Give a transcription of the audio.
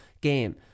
game